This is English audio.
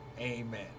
Amen